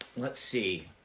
let's see.